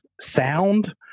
sound